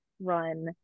run